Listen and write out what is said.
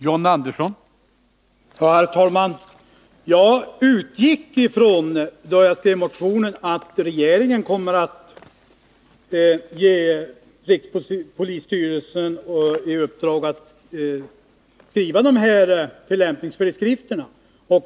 Herr talman! Då jag skrev motionen utgick jag ifrån att regeringen kommer att ge rikspolisstyrelsen i uppdrag att skriva tillämpningsföreskrifterna.